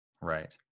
right